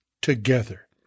together